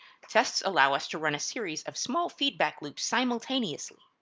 tests allow us to run a series of small feedback loops simultaneously.